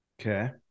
okay